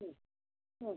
ആ